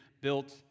built